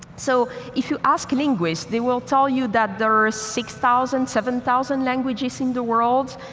so if you ask linguists they will tell you that there's six thousand, seven thousand languages in the world.